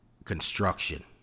construction